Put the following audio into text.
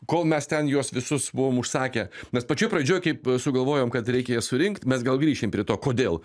kol mes ten juos visus buvom užsakę nes pačioj pradžioj kaip sugalvojom kad reikia surinkt mes gal grįšim prie to kodėl